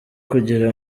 kugira